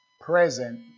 present